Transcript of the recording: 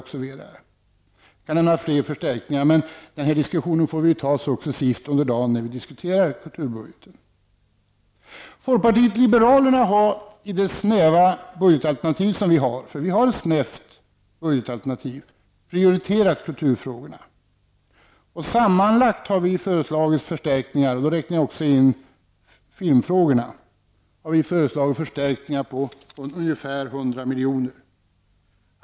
Jag kan nämna flera förstärkningar, men den här diskussionen får vi ta successivt under dagens debatt när vi diskuterar kulturbudgeten. Folkpartiet liberalerna har i sitt snäva budgetalternativ prioriterat kulturfrågorna. Sammanlagt har vi föreslagit förstärkningar -- jag räknar då även in filmfrågorna -- på ca 100 miljoner.